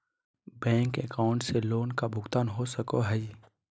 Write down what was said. Bank account से loan का भुगतान हो सको हई?